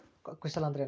ಕೃಷಿ ಸಾಲ ಅಂದರೇನು?